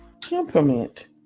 Temperament